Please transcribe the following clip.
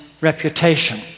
reputation